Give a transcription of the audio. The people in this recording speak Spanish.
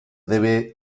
debe